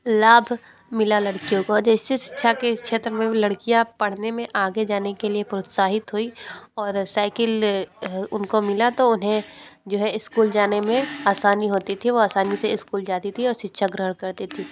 लाभ मिला लड़कियों को जैसे शिक्षा के इस क्षेत्र में भी लड़कियाँ पढ़ने में आगे जाने के लिए प्रोत्साहित हुई और साइकिल उनको मिला तो उन्हें जो है इस्कूल जाने में आसानी होती थी वो आसानी से इस्कूल जाती थी और शिक्षा ग्रहण करती थी